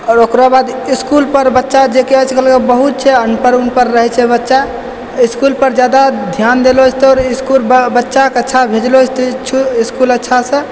आओर ओकरो बाद इसकुल पर बच्चा जेकि आजकल बहुत छै अनपढ़ उनपढ़ रहै छै बच्चा इसकुल पर जायदा ध्यान देलौ जेतै आओर इसकुल के अच्छा भेजलो जेतै इसकुल अच्छासँ